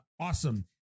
awesome